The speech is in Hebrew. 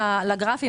בבקשה.